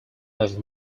have